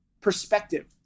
perspective